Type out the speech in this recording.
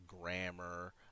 grammar